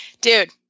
dude